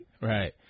right